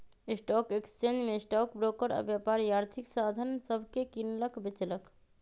stock exchange में stock broker आऽ व्यापारी आर्थिक साधन सभके किनलक बेचलक